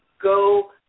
go